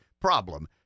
problem